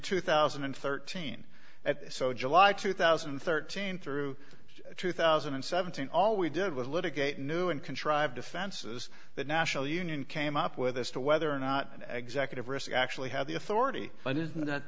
two thousand and thirteen so july two thousand and thirteen through two thousand and seventeen all we did was litigate new and contrived defenses that national union came up with us to whether or not executive risk actually had the authority and is not th